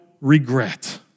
regret